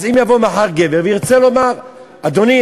אז אם יבוא מחר גבר וירצה לומר: אדוני,